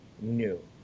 new